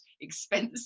expensive